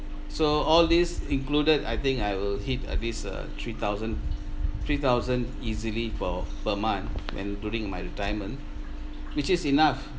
so all these included I think I will hit at least uh three thousand three thousand easily per per month when during my retirement which is enough